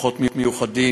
כוחות מיוחדים,